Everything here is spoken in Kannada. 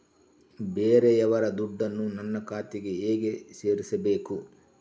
ಬೇರೆಯವರ ದುಡ್ಡನ್ನು ನನ್ನ ಖಾತೆಗೆ ಹೇಗೆ ಸೇರಿಸಬೇಕು?